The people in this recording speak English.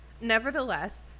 Nevertheless